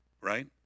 right